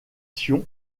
sieur